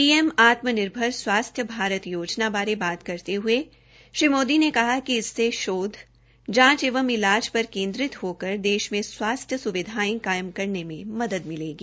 PM Atmanirbhar Swasthya Bharat Yojana बारे बात करते हये श्री मोदी ने कहा कि इससे शोध जांच एवं इलाज पर केन्द्रित होकर देश में स्वास्थ्य स्विधायें कायम करने में मदद मिलेगी